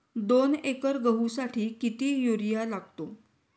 दोन एकर गहूसाठी किती युरिया लागतो?